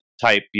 type